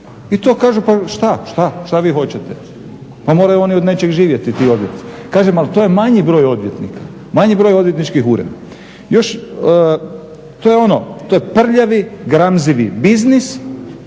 I to kaže pa šta, šta vi hoćete? Pa moraju oni od nečega živjeti ti odvjetnici. Kažem, ali to je manji broj odvjetnika, manji broj odvjetničkih ureda. To je ono, to je prljavi gramzivi biznis